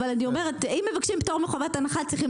אני אומרת שאם מבקשת פטור מחובת הנחה,